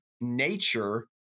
nature